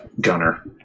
gunner